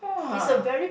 is a very